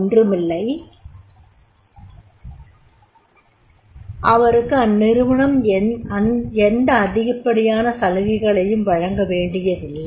ஓன்றுமில்லை அவருக்கு அந்நிறுவனம் எந்த அதிகப்படியான சலுகைகளையும் வழங்கவேண்டியதில்லை